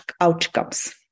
outcomes